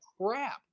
Crap